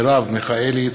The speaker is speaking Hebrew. מרב מיכאלי,